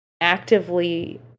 actively